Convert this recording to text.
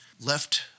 left